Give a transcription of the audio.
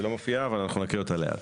שלא מופיעה, אבל אנחנו נקריא אותה לאט.